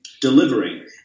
delivering